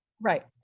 right